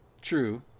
true